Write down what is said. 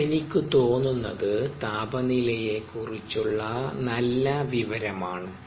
അത് എനിക്ക് തോന്നുന്നത് താപനിലയെ കുറിച്ചുള്ള നല്ല വിവരമാണ്